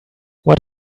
what